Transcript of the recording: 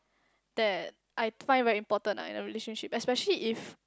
that I find very important ah in a relationship especially if